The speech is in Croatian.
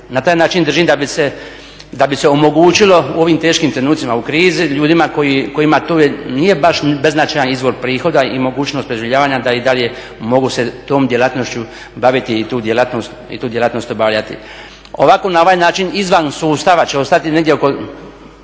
Na taj način držim da bi se omogućilo u ovim teškim trenucima, u krizi ljudima kojima to baš nije beznačajan izvor prihoda i mogućnost preživljavanja da i dalje mogu se tom djelatnošću baviti i tu djelatnost obavljati. Ovako na ovaj način izvan sustava će ostati negdje oko